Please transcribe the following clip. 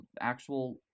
actual